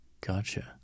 gotcha